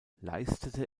leistete